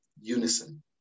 unison